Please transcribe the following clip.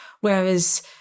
Whereas